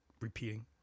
Repeating